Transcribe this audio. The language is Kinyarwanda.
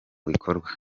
bikorwa